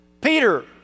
Peter